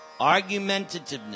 Argumentativeness